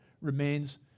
remains